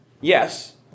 Yes